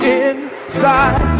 inside